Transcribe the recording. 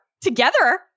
together